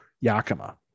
Yakima